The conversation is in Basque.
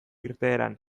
irteeran